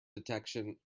detection